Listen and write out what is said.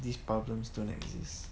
these problems don't exist